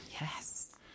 Yes